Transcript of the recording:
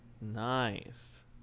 Nice